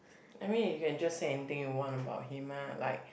I mean you can just say anything you want about him ah like